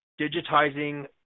digitizing